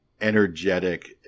energetic